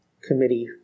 Committee